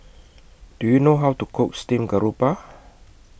Do YOU know How to Cook Steamed Garoupa